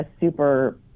super